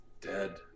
Dead